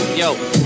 yo